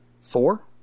Four